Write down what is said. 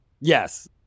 Yes